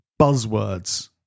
buzzwords